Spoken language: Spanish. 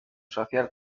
social